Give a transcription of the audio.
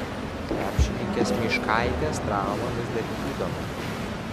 krepšininkės myškaitės trauma vis dar gydoma